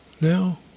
now